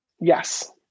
Yes